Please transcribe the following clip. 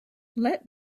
let